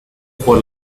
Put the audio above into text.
por